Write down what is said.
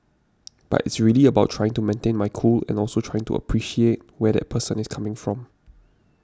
but it's really about trying to maintain my cool and also trying to appreciate where that person is coming from